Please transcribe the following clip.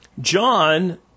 John